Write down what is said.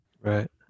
Right